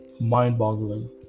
mind-boggling